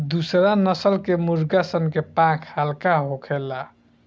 दुसरा नस्ल के मुर्गा सन के पांख हल्का होखेला